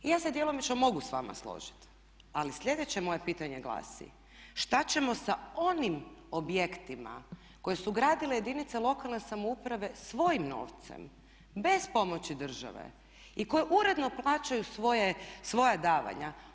Ja se djelomično mogu s vama složiti, ali sljedeće moje pitanje glasi što ćemo sa onim objektima koje su gradile jedinice lokalne samouprave svojim novcem bez pomoći države i koje uredno plaćaju svoja davanja?